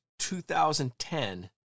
2010